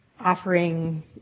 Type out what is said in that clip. offering